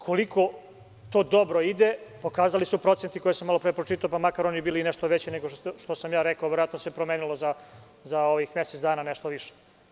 Koliko to dobro ide, pokazali su procenti koje sam malo pre pročitao, pa makar oni bili i nešto veći nego što sam ja rekao, jer se za ovih mesec dana promenilo na malo više.